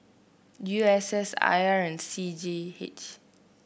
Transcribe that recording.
U S S I R and C G E H